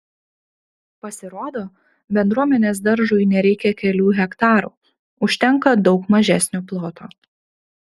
pasirodo bendruomenės daržui nereikia kelių hektarų užtenka daug mažesnio ploto